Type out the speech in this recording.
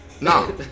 No